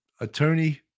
attorney